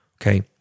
okay